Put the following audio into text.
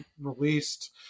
released